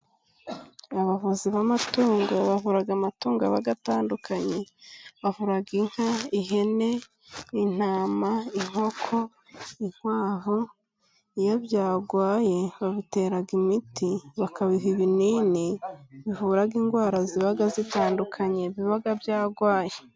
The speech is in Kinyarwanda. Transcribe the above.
Abavuzi b'amatungo bavura amatungo aba atandukanye, bavura inka, ihene, intama, inkoko, inkwavu, iyo byarwaye babitera imiti, bakabiha ibinini bivuraga indwara ziba zitandukanye biba byarwaye.